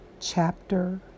chapter